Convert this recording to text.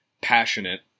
passionate